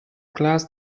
class